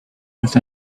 with